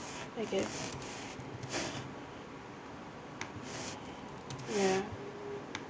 I guess ya